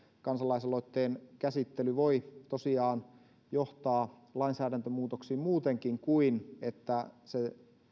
kansalaisaloitteen käsittely voi johtaa lainsäädäntömuutoksiin muutenkin kuin että se